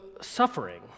suffering